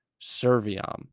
serviam